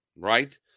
right